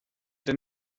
denn